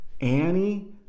Annie